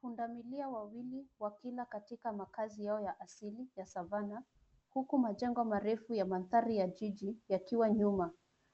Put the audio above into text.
Pundamilia wawili wakila katika makazi yao ya asili ya Savannah huku majengo marefu ya mandhari ya jiji yakiwa nyuma,